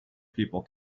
people